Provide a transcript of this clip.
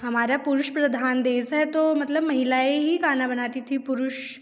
हमारा पुरुष प्रधान देश है तो मतलब महिलाएँ ही खाना बनाती थी पुरुष